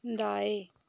दाएँ